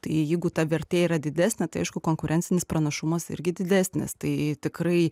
tai jeigu ta vertė yra didesnė tai aišku konkurencinis pranašumas irgi didesnis tai tikrai